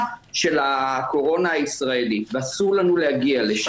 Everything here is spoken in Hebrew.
של הקורונה הישראלית ואסור לנו להגיע לשם.